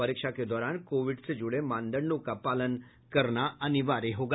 परीक्षा के दौरान कोविड से जुड़े मानदंडों को पालन करना अनिवार्य होगा